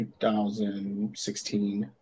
2016